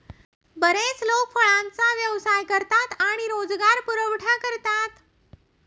बरेच लोक फळांचा व्यवसाय करतात आणि रोजगार पुरवठा करतात